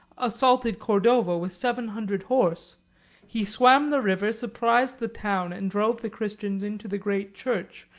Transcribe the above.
assaulted cordova with seven hundred horse he swam the river, surprised the town, and drove the christians into the great church,